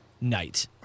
night